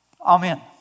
Amen